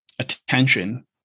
attention